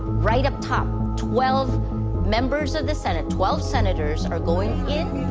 right up top, twelve members of the senate. twelve senators are going in.